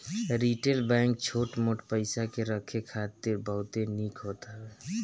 retail bank छोट मोट पईसा के रखे खातिर बहुते निक होत हवे